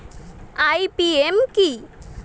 IPM কি?